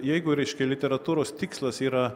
jeigu reiškia literatūros tikslas yra